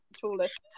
tallest